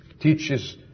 teaches